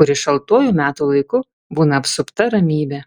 kuri šaltuoju metų laiku būna apsupta ramybe